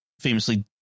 famously